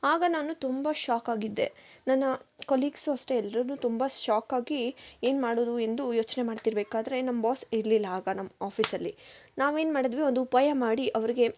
ಆಗ ನಾನು ತುಂಬ ಶಾಕ್ ಆಗಿದ್ದೆ ನನ್ನ ಕೊಲೀಗ್ಸು ಅಷ್ಟೇ ಎಲ್ರೂ ತುಂಬ ಶಾಕ್ ಆಗಿ ಏನು ಮಾಡೋದು ಎಂದು ಯೋಚನೆ ಮಾಡ್ತಿರಬೇಕಾದ್ರೆ ನಮ್ಮ ಬಾಸ್ ಇರ್ಲಿಲ್ಲ ಆಗ ನಮ್ಮ ಆಫೀಸಲ್ಲಿ ನಾವೇನು ಮಾಡಿದ್ವಿ ಒಂದು ಉಪಾಯ ಮಾಡಿ ಅವ್ರಿಗೆ